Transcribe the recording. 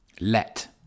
let